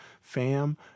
fam